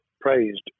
praised